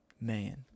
man